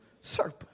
serpent